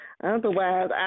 Otherwise